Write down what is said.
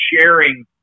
sharing